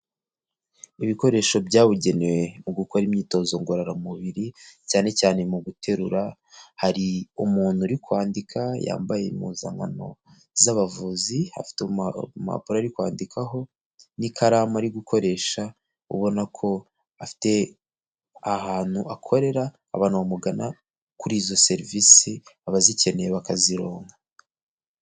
Ibikoresho byabugenewe mu gukora imyitozo ngororamubiri cyane cyane mu guterura, hari umuntu uri kwandika yambaye impuzankano z'abavuzi, afite impapuro ariko kwandikaho n'ikaramu ari gukoresha. Ubona ko afite ahantu akorera abantu bamugana kuri izo serivisi, abazikeneye bakazironka.